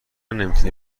نمیتونی